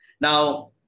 Now